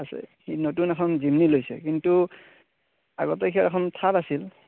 আছে সি নতুন এখন লৈছে কিন্তু আগতে ইয়াৰ এখন থাৰ আছিল